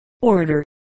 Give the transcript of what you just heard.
order